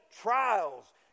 trials